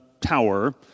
tower